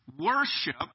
Worship